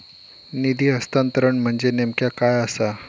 निधी हस्तांतरण म्हणजे नेमक्या काय आसा?